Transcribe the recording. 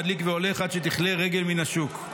מדליק והולך עד שתכלה רגל מן השוק.